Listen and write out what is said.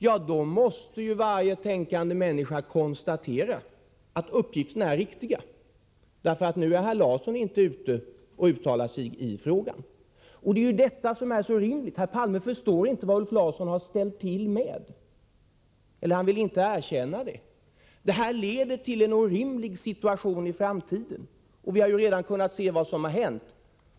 Ja, då måste ju varje tänkande människa konstatera att uppgifterna är riktiga, eftersom herr Larsson inte går ut och uttalar sig i frågan. Det är detta som är så orimligt. Herr Palme förstår inte eller vill inte erkänna vad Ulf Larsson har ställt till med. Detta leder till en orimlig situation i framtiden. Vi har redan kunnat se vad som har hänt.